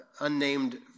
unnamed